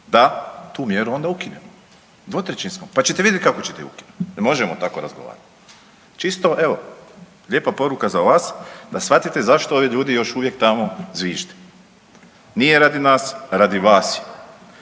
da tu mjeru onda ukinemo, dvotrećinskom pa ćete vidjeti kako ćete je ukinuti. Jel možemo tako razgovarati? Čisto evo lijepa poruka za vas da shvatite zašto ovi ljudi još uvijek tamo zvižde. Nije radi nas, radi vas je.